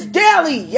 daily